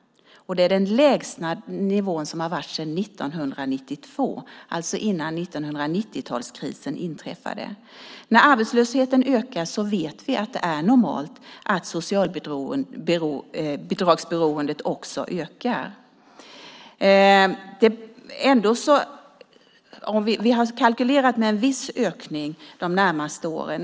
Det är den lägsta nivå som har varit sedan år 1992, det vill säga innan 90-talskrisen inträffade. När arbetslösheten ökar vet vi att det är normalt att socialbidragsberoendet också ökar. Vi har kalkylerat med en viss ökning de närmaste åren.